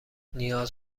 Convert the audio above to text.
نیاز